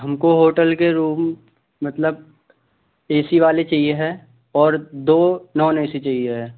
हमको होटल के रूम मतलब ए सी वाले चाहिए है और दो नॉन ऐ सी चाहिए है